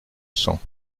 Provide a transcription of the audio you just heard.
cents